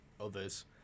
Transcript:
others